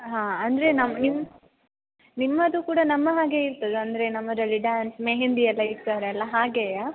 ಹಾಂ ಅಂದರೆ ನಮ್ಮ ನಿಮ್ಮ ನಿಮ್ಮದು ಕೂಡ ನಮ್ಮ ಹಾಗೆ ಇರ್ತದೆ ಅಂದರೆ ನಮ್ಮದರಲ್ಲಿ ಡ್ಯಾನ್ಸ್ ಮೆಹೆಂದಿ ಎಲ್ಲ ಇಡ್ತಾರಲ್ಲ ಹಾಗೆಯಾ